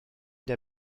der